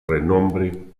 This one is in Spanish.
renombre